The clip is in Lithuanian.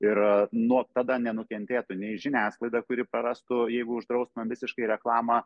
ir nuo tada nenukentėtų nei žiniasklaida kuri prarastų jeigu uždraustumėm visiškai reklamą